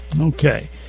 Okay